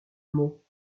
mot